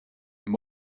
and